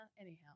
anyhow